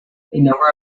number